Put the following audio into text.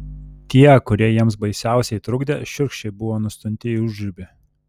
tie kurie jiems baisiausiai trukdė šiurkščiai buvo nustumti į užribį